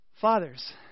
Fathers